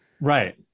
Right